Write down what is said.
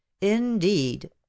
Indeed